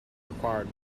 required